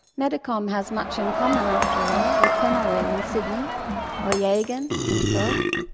metacom has much in common, after all, with pemulwuy in sydney or yagan in perth,